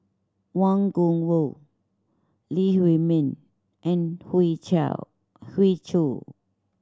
Wang Gungwu Lee Huei Min and Hoey Choo